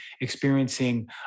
experiencing